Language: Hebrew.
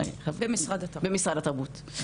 במשרד התרבות.